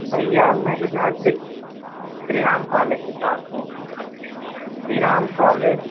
भैया मैं इधर श्री श्री राम कॉलेज के पास हूँ श्री राम कॉलेज